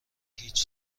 هیچ